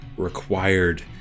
required